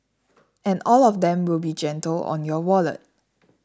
and all of them will be gentle on your wallet